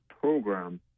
program